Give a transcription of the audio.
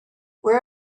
where